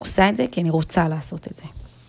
‫עושה את זה כי אני רוצה לעשות את זה.